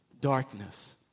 darkness